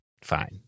Fine